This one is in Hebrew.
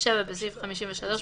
(7)בסעיף 53,